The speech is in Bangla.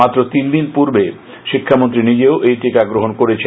মাত্র তিন দিন পূর্বে শিক্ষামন্ত্রী নিজেও এই টিকা গ্রহণ করেছেন